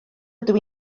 ydw